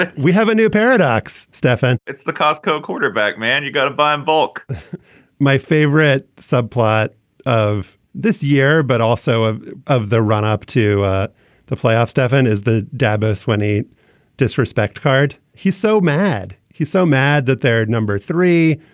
like we have a new paradox, stefan. it's the costco quarterback. man, you've got to buy in bulk my favorite subplot of this year, but also of of the run up to the playoffs, stefan, is the dabis when a disrespect card. he's so mad. he's so mad that they're number three.